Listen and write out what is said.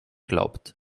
glaubt